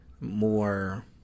more